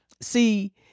see